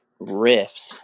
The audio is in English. riffs